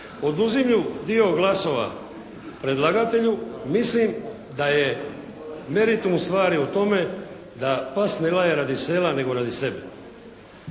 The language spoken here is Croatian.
oduzimlju dio glasova predlagatelju. Mislim da je meritum stvari u tome da pas ne laje radi sela, nego radi sebe.